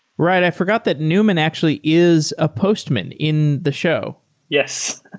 right. i forgot that newman actually is a postman in the show yes.